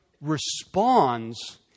responds